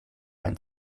ein